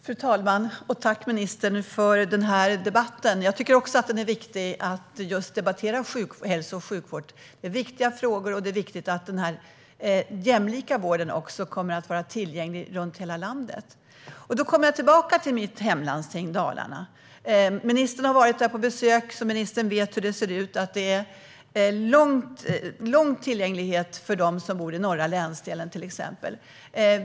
Fru talman! Tack, ministern, för debatten! Även jag tycker att det är viktigt att debattera just hälso och sjukvård. Frågorna är viktiga, och det är viktigt att jämlik vård också kommer att vara tillgänglig runt om i hela landet. Det för mig tillbaka till mitt hemlandsting Dalarna. Ministern har varit där på besök, så han vet hur det ser ut där. Det är långa avstånd för dem som bor i till exempel den norra länsdelen.